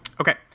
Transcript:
Okay